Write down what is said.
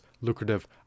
lucrative